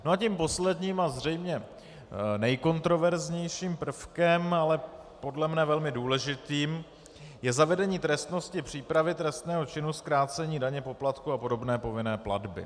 A tím posledním a zřejmě nejkontroverznějším prvkem, ale podle mne velmi důležitým, je zavedení trestnosti přípravy trestného činu z krácení daně, poplatků a podobné povinné platby.